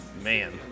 Man